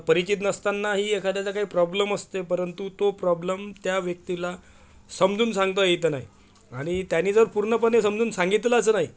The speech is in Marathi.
आता परिचित नसतानाही एखाद्याचा काही प्रॉब्लम असतं परंतु तो प्रॉब्लम त्या व्यक्तीला समजून सांगता येत नाही आणि त्याने जर पूर्णपणे समजून सांगितलंच नाही